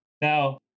Now